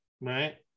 right